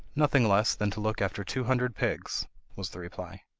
nothing less than to look after two hundred pigs was the reply.